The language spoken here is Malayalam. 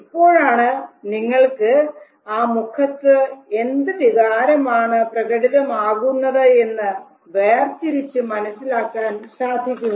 ഇപ്പോഴാണ് നിങ്ങൾക്ക് ആ മുഖത്ത് എന്ത് വികാരമാണ് പ്രകടിതമാകുന്നത് എന്ന് വേർതിരിച്ചു മനസ്സിലാക്കാൻ സാധിക്കുന്നത്